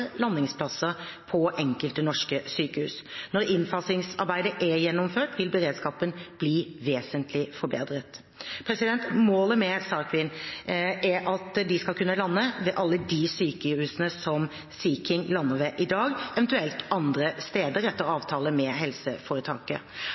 landingsplasser ved enkelte norske sykehus. Når innfasingsarbeidet er gjennomført, vil beredskapen være vesentlig forbedret. Målet med SAR Queen er at de skal kunne lande ved alle de sykehusene som Sea King lander ved i dag, eventuelt andre steder etter